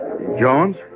Jones